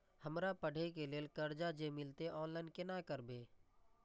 हमरा पढ़े के लेल कर्जा जे मिलते ऑनलाइन केना करबे?